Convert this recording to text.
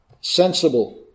sensible